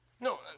No